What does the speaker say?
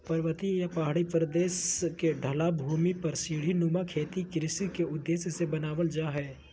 पर्वतीय या पहाड़ी प्रदेश के ढलवां भूमि पर सीढ़ी नुमा खेत कृषि के उद्देश्य से बनावल जा हल